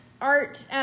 art